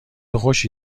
خوشی